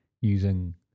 using